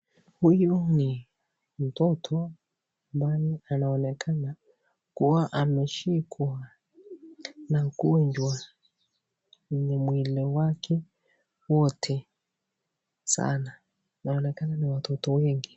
Huyu ni mtoto ambaye anaonekana kuwa ameshikwa na ugonjwa kwenye mwili wake wote sana. Inaonekana ni watoto wengi.